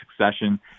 succession